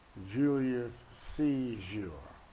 julius siezure,